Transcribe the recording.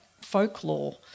folklore –